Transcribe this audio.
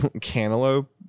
cantaloupe